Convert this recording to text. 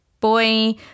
boy